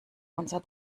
unser